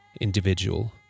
individual